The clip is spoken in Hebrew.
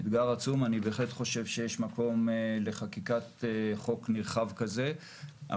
אני בהחלט חושב שיש מקום לחקיקת חוק נרחב כזה,